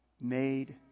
made